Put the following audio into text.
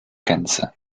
gänse